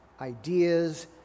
ideas